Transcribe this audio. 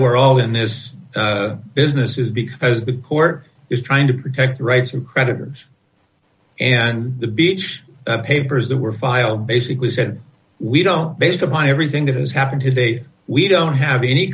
we're all in this business is because the court is trying to protect the rights of creditors and the beach papers that were filed basically said we don't based upon everything that has happened today we don't have any